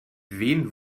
wen